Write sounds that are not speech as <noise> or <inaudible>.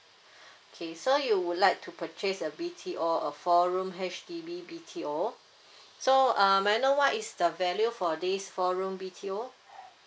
<breath> okay so you would like to purchase a B_T_O a four room H_D_B B_T_O <breath> so uh may I know what is the value for this four room B_T_O